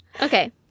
Okay